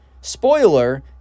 spoiler